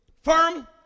Firm